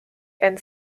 and